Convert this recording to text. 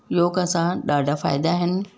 योग सां ॾाढा फ़ाइदा आहिनि